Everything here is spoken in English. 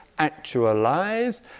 actualize